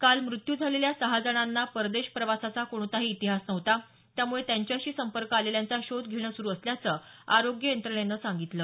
काल मृत्यू झालेल्या सहा जणांना परदेश प्रवासाचा कोणताही इतिहास नव्हता त्यामुळे त्यांच्याशी संपकं आलेल्यांचा शोध घेणं सुरु असल्याचं आरोग्य यंत्रणेनं सांगितलं